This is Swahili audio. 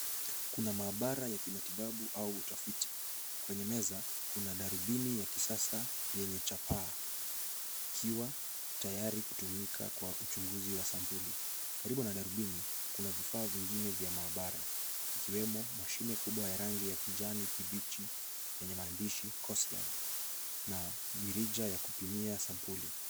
Kuna maabara ya kimatibabu au utafiti. Kwenye meza, kuna darubini ya kisasa yenye chapaa ikiwa tayari kutumika kwa uchunguzi wa sampuli. Karibu na darubini, kuna vifaa vingine vya maabara ikiwemo mashine kubwa ya rangi ya kijani kibichi yenye maandishi coslab na mirija ya kupimia sampuli.